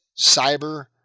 cyber